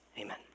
amen